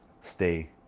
stay